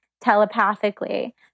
telepathically